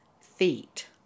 feet